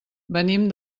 venim